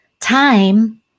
Time